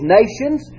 nations